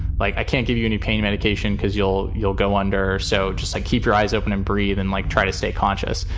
like, i can't give you any pain medication because you'll you'll go under. so just like keep your eyes open and breathe and, like, try to stay conscious.